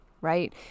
Right